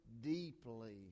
deeply